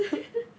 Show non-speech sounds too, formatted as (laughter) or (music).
(laughs)